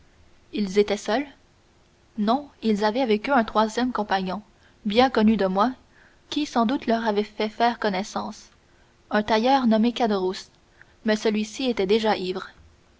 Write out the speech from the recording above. ils étaient seuls non ils avaient avec eux un troisième compagnon bien connu de moi qui sans doute leur avait fait faire connaissance un tailleur nommé caderousse mais celui-ci était déjà ivre